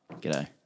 G'day